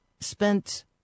spent